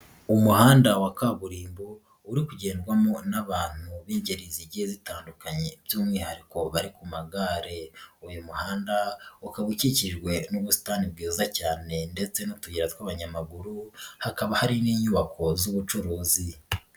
Umuhanda wa kaburimbo uri kugendwamo n'abantu b'ingeri zigiye zitandukanye by'umwihariko bari ku magare, uyu muhanda ukaba ukikijwe n'ubusitani bwiza cyane ndetse n'utuyira tw'abanyamaguru hakaba hari n'inyubako z'ubucuruzi.